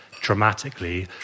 dramatically